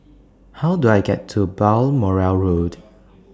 How Do I get to Balmoral Road